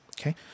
Okay